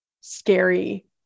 scary